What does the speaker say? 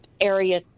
area